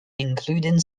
including